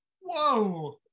Whoa